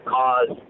cause